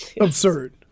Absurd